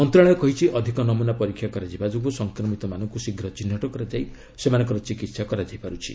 ମନ୍ତ୍ରଣାଳୟ କହିଛି ଅଧିକ ନମୁନା ପରୀକ୍ଷା କରାଯିବା ଯୋଗୁଁ ସଂକ୍ରମିତମାନଙ୍କୁ ଶୀଘ୍ର ଚିହ୍ନଟ କରାଯାଇ ସେମାନଙ୍କର ଚିକିତ୍ସା କରାଯାଇପାରୁଛି